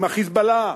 עם ה"חיזבאללה",